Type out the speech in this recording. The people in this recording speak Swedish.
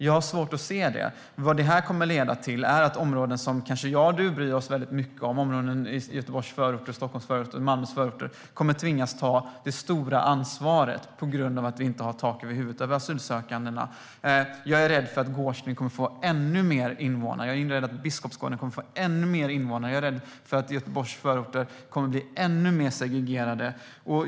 Jag har svårt att se det. Vad det här kommer att leda till är att områden som du och jag bryr oss väldigt mycket om, områden i Göteborgs, Stockholms och Malmös förorter, kommer att tvingas att ta det stora ansvaret på grund av att vi inte har tak över huvudet för de asylsökande. Jag är rädd att Gårdsten kommer att få ännu fler invånare. Jag är rädd att Biskopsgården kommer att få ännu fler invånare. Jag är rädd att Göteborgs förorter kommer att bli ännu mer segregerade.